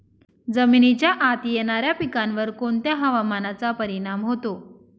जमिनीच्या आत येणाऱ्या पिकांवर कोणत्या हवामानाचा परिणाम होतो?